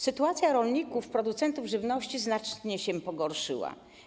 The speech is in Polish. Sytuacja rolników, producentów żywności znacznie się pogorszyła.